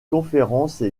conférences